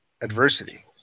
adversity